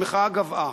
המחאה גוועה,